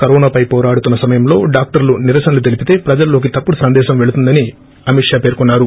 కరోనాపై పోరాడుతున్న సమయంలో డాక్టర్లు నిరసనలు తెలీపితే ప్రజల్లోకి తప్పుడు సందేశం పెళ్తుందని అమిత్ షా పేర్కొన్సారు